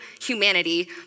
humanity